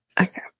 Okay